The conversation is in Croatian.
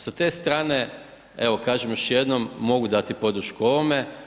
Sa te strane, evo kažem još jednom mogu dati podršku ovome.